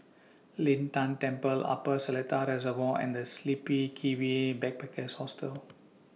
Lin Tan Temple Upper Seletar Reservoir and The Sleepy Kiwi Backpackers Hostel